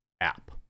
app